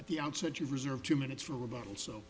at the outset you reserve two minutes for a bottle so